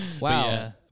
Wow